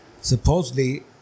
supposedly